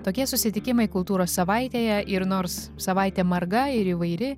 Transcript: tokie susitikimai kultūros savaitėje ir nors savaitė marga ir įvairi